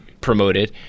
promoted